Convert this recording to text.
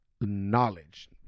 knowledge